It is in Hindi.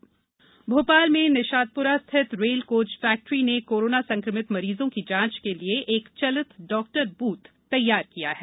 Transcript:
चरक मोबाइल चिकित्सा भोपाल में निशातपुरा स्थित रेल कोच फैक्ट्री ने कोरोना संक्रमित मरीजों की जांच के लिए एक चलित डॉक्टर बूथ तैयार किया है